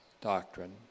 doctrine